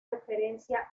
referencia